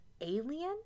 alien